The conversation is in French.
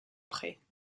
prêt